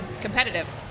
competitive